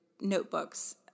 notebooks